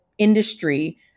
industry